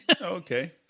Okay